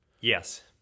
Yes